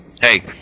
Hey